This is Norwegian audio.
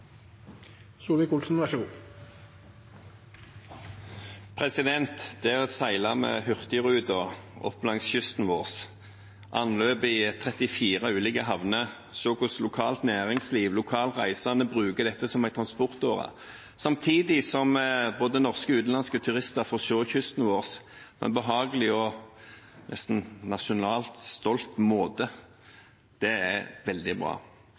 seile med hurtigruten opp langs kysten vår, med anløp i 34 ulike havner, og å se hvordan lokalt næringsliv og lokale reisende bruker dette som en transportåre, samtidig som både norske og utenlandske turister får se kysten vår på en behagelig og nesten nasjonalt stolt måte, er veldig bra.